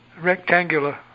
rectangular